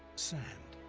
sand,